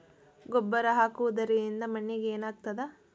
ಗೊಬ್ಬರ ಹಾಕುವುದರಿಂದ ಮಣ್ಣಿಗೆ ಏನಾಗ್ತದ?